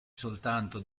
soltanto